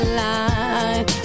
line